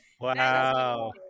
wow